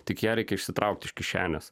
tik ją reikia išsitraukti iš kišenės